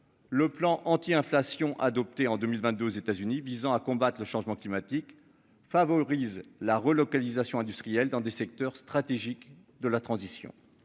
Le plan anti-inflation adoptée en 2022, États-Unis visant à combattre le changement climatique favorise la relocalisation industrielle dans des secteurs stratégiques de la transition.